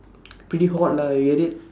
pretty hot lah you get it